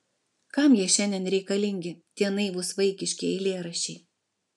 kam jie šiandien reikalingi tie naivūs vaikiški eilėraščiai